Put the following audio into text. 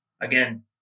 again